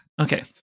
Okay